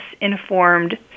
informed